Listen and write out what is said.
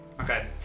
Okay